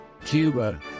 cuba